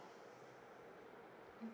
mm